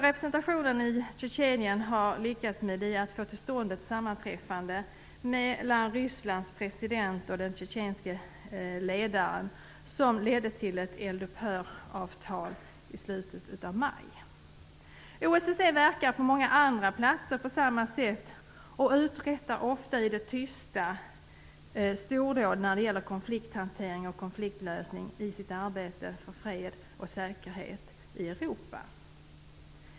Representationen i Tjetjenien har också lyckats få till stånd ett sammanträffande mellan Rysslands president och den tjetjenske ledaren, vilket ledde till ett eld-upphör-avtal i slutet av maj. OSSE verkar på samma sätt på många andra platser och uträttar ofta i det tysta stordåd när det gäller konflikthantering och konfliktlösning i sitt arbete för fred och säkerhet i Europa.